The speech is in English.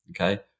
Okay